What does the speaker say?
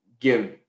give